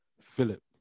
Philip